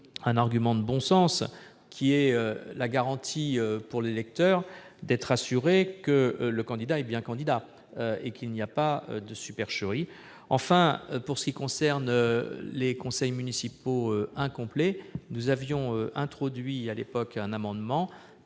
un argument de bon sens : la garantie pour l'électeur que le candidat est bien candidat et qu'il n'y a pas de supercherie. Enfin, pour ce qui concerne les conseils municipaux incomplets, nous avions introduit à l'époque par le